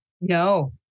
No